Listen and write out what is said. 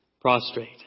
prostrate